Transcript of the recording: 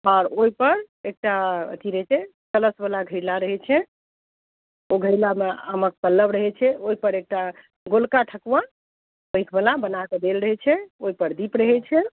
आओर ओहिपर एकटा अथी रहै छै कलशवला घैला रहै छै ओहि घैलामे आमके पल्लव रहै छै ओहिपर एकटा गोलका ठकुआ पैघवला बनाकऽ देल रहै छै ओहिपर दीप रहै छै